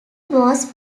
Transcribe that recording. was